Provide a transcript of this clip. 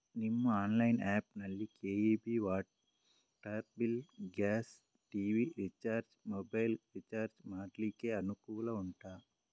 ನಿಮ್ಮ online app ನಲ್ಲಿ KEB, water bill, gas, TV recharge, mobile recharge ಮಾಡ್ಲಿಕ್ಕೆ ಅನುಕೂಲ ಉಂಟಾ